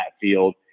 field